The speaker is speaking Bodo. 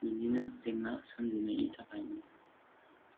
बिदिनो जेंना सोमजिनायनि थाखायनो